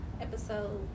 episode